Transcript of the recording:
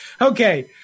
Okay